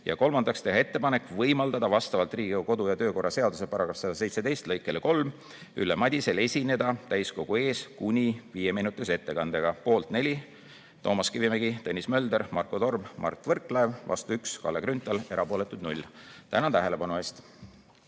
ja kolmandaks, teha ettepanek võimaldada vastavalt Riigikogu kodu‑ ja töökorra seaduse § 117 lõikele 3 Ülle Madisel esineda täiskogu ees kuni viieminutilise ettekandega, poolt 4: Toomas Kivimägi, Tõnis Mölder, Marko Torm, Mart Võrklaev, vastu 1: Kalle Grünthal, erapooletuid 0. Tänan tähelepanu eest!